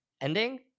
ending